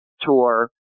tour